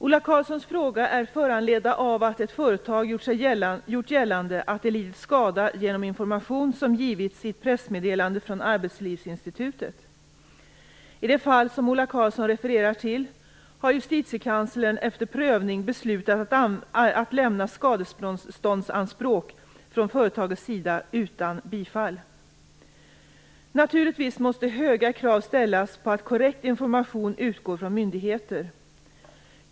Ola Karlssons frågor är föranledda av att ett företag har gjort gällande att det lidit skada genom information som givits i ett pressmeddelande från Arbetslivsinstitutet. I det fall som Ola Karlsson refererar till har Justitiekanslern efter prövning beslutat att lämna ett skadeståndsanspråk från företagets sida utan bifall. Naturligtvis måste höga krav ställas på att korrekt information utgår från myndigheter.